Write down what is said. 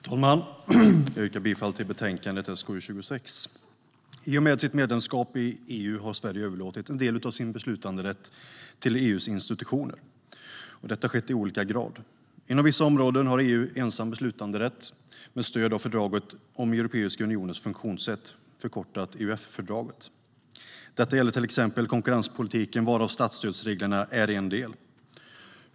Herr talman! Jag yrkar bifall till förslaget i betänkande SkU26. "I och med sitt medlemskap i EU har Sverige överlåtit en del av sin beslutanderätt till EU:s institutioner. Detta har skett i olika grad. Inom vissa områden har EU ensam beslutanderätt med stöd av fördraget om Europeiska unionens funktionssätt, förkortat EUF-fördraget. Detta gäller t.ex. konkurrenspolitiken, varav statsstödsreglerna är en del.